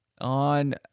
on